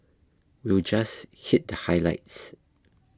we'll just hit the highlights